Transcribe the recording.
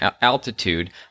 altitude